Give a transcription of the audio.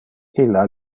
illa